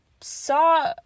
saw